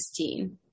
16